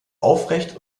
aufrecht